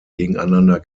gegeneinander